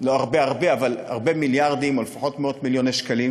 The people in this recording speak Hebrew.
לא הרבה הרבה אבל הרבה מיליארדים או לפחות מאות-מיליוני שקלים,